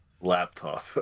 laptop